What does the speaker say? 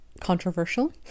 controversial